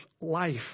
life